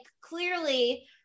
clearly